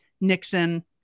Nixon